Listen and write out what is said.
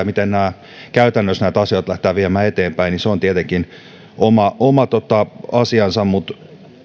miten käytännössä näitä asioita lähdetään viemään eteenpäin ovat tietenkin oma asiansa mutta